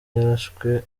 yarashwe